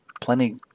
plenty